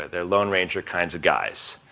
they're lone ranger kinds of guys.